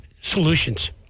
solutions